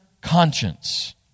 conscience